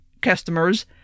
customers